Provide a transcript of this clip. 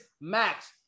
max